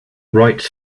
rights